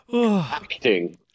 Acting